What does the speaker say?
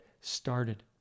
started